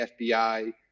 FBI